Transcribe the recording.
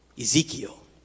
Ezekiel